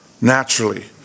naturally